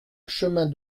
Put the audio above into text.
chemin